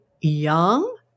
young